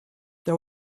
they